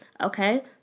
Okay